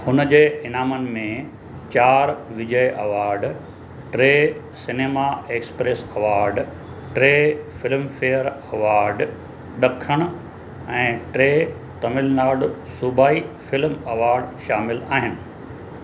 हुन जे इनामनि में चार विजय अवार्ड टे सिनेमा एक्सप्रेस अवार्ड टे फ़िल्मफेयर अवार्ड ॾखणु ऐं टे तमिलनाडु सूबाई फ़िल्म अवार्ड शामिल आहिनि